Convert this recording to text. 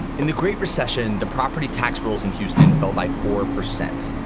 in the great recession, the property tax rolls in houston fell by four percent,